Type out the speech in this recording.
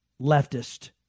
leftist